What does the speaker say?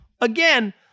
Again